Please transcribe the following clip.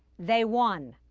they won.